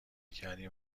کردیم